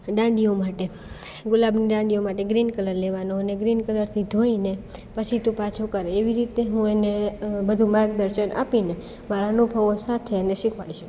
ડાંડીયો માટે ગુલાબની ડાંડીયો માટે ગ્રીન કલર લેવાનો અને ગ્રીન કલરથી ધોઈને પછી પાછો કર એવી રીતે હું એને બધુ માર્ગદર્શન આપીને મારા અનુભવો સાથે એને શિખવાડી શકું